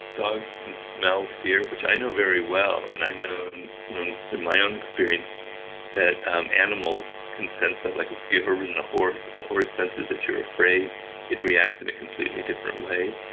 dogs can smell fear, which i know very well. and i know and know in my own experience that um animals can sense that. like have ah you ever ridden a horse and the horse senses that you're afraid it reacts in a completely different way?